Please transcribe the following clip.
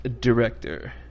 Director